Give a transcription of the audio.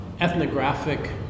ethnographic